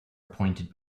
appointed